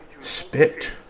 Spit